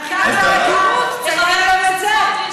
תציין גם את זה.